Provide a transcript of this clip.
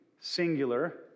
singular